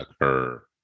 occur